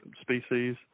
species